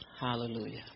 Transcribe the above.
Hallelujah